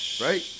right